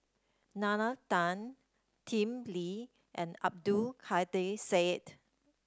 Nalla Tan Lim Lee and Abdul Kadir Syed